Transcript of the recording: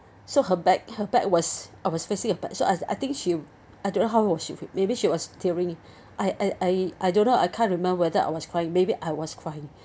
so her back her back was I was facing her back so I I think she I don't know how was she maybe she was tearing I I I don't know I can't remember whether I was crying maybe I was crying